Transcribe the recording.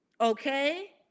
okay